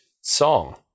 song